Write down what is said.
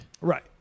right